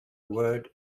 word